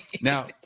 now